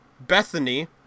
Bethany